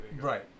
right